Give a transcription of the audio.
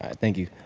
thank you